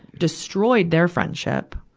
destroyed their friendship.